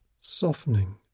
Softening